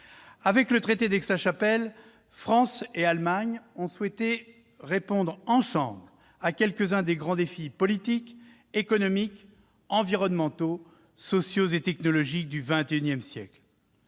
Avec le traité d'Aix-la-Chapelle, France et Allemagne ont souhaité répondre ensemble à quelques-uns des grands défis politiques, économiques, environnementaux, sociaux et technologiques du XXI siècle.